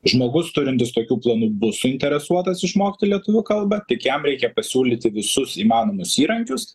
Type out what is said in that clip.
žmogus turintis tokių planų bus suinteresuotas išmokti lietuvių kalbą tik jam reikia pasiūlyti visus įmanomus įrankius